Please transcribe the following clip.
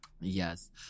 Yes